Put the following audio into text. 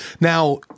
Now